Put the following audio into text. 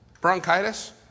Bronchitis